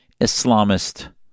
Islamist